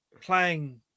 playing